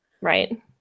Right